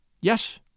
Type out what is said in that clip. Yes